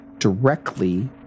directly